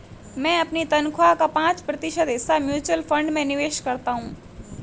मैं अपनी तनख्वाह का पाँच प्रतिशत हिस्सा म्यूचुअल फंड में निवेश करता हूँ